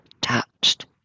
touched